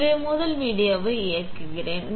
எனவே முதல் வீடியோவை இயக்குகிறேன்